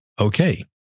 okay